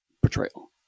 portrayal